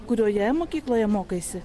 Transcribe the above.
kurioje mokykloje mokaisi